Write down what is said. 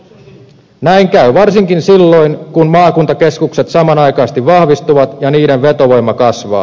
näin käy varsinkin silloin kun maakuntakeskukset samanaikaisesti vahvistuvat ja niiden vetovoima kasvaa